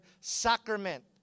sacrament